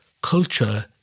culture